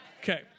Okay